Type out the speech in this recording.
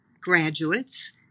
graduates